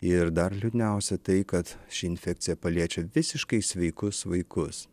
ir dar liūdniausia tai kad ši infekcija paliečia visiškai sveikus vaikus